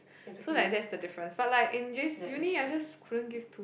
so like that's the difference but like in J_C in uni I just couldn't give to